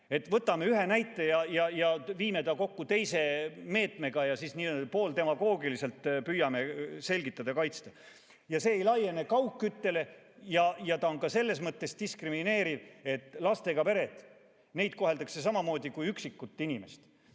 Võtame ühe näite, viime ta kokku teise meetmega ja siis pooldemagoogiliselt püüame seda selgitada ja kaitsta. See ei laiene kaugküttele. See on ka selles mõttes diskrimineeriv, et lastega peresid koheldakse samamoodi kui üksikut inimest.